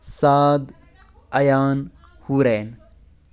ساد عیان ہوٗرین